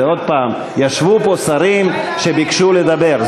עוד פעם, ישבו פה שרים שביקשו לדבר.